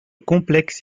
complexe